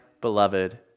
beloved